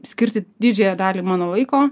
skirti didžiąją dalį mano laiko